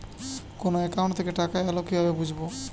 কোন একাউন্ট থেকে টাকা এল কিভাবে বুঝব?